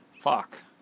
fuck